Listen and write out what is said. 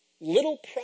little